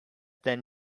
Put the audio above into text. than